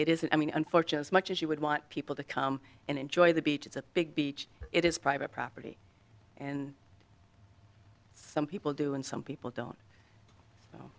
isn't i mean unfortunate as much as you would want people to come and enjoy the beach it's a big beach it is private property and some people do and some people don't